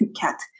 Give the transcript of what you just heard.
cat